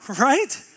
Right